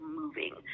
moving